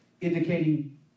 indicating